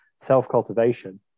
self-cultivation